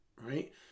Right